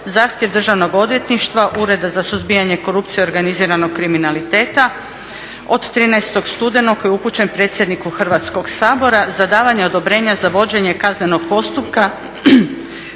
zahtjev Državnog odvjetništva, Ureda za suzbijanje korupcije i organiziranog kriminaliteta od 13. studenog je upućen predsjedniku Hrvatskoga sabora za davanje odobrenja za vođenje kaznenog postupka